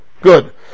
Good